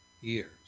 years